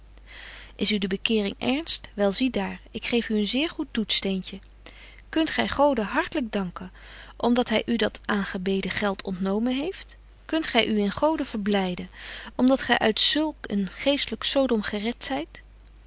is u de bekeering ernst wel zie daar ik geef u een zeer goed toetssteentje kunt gy gode hartelyk danken om dat hy u dat aangebeden geld ontnomen heeft kunt gy u in gode verblyden om dat gy uit zulk een geestlyk sodom geret zyt